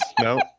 No